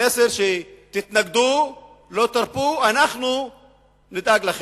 המסר: תתנגדו, לא תרפו, אנחנו נדאג לכם.